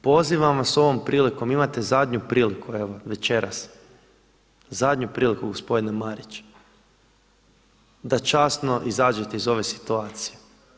Pozivam vas ovom prilikom, imate zadnju priliku evo večeras, zadnju priliku gospodine Marić da časno izađete iz ove situacije.